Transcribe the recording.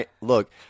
look